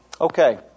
Okay